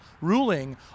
ruling